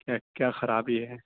کیا کیا خرابی ہے